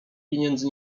pieniędzy